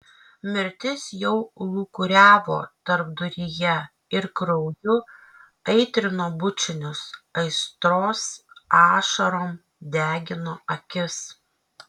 mirtis jau lūkuriavo tarpduryje ir krauju aitrino bučinius aistros ašarom degino akis